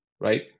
right